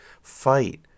fight